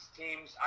teams